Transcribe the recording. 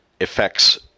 affects